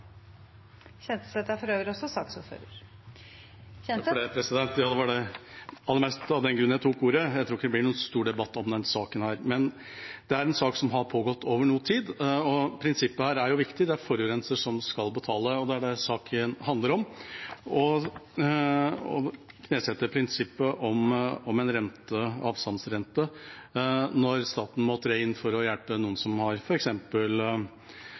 Kjenseth. Kjenseth er for øvrig også saksordfører. Ja, det var aller mest av den grunn jeg tok ordet. Jeg tror ikke det blir noen stor debatt om denne saken, men det er en sak som har pågått over noe tid. Prinsippet her er viktig, at det er forurenser som skal betale, og det er det saken handler om, å knesette prinsippet om en avsavnsrente når staten må tre inn for å hjelpe noen som f.eks. har